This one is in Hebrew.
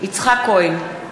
יצחק כהן,